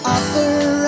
Offer